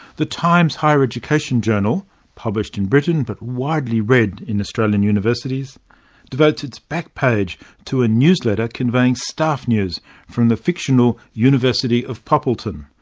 the times higher education journal published in britain but widely read in australian universities devotes its back page to a newsletter conveying staff news from the fictional university of poppleton.